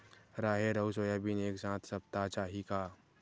राहेर अउ सोयाबीन एक साथ सप्ता चाही का?